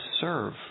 serve